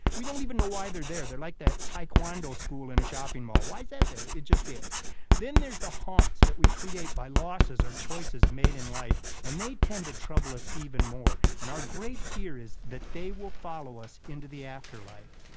we don't even know why they're there. they're like that tae kwon do school in a shopping mall. why's that there? it just is then there's the haunts that we create by losses or choices made in life, and they tend to trouble us even more. and our great fear is that they will follow us into the afterlife.